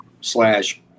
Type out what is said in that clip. slash